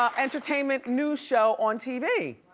um entertainment news show on tv.